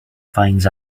finds